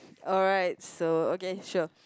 alright so okay sure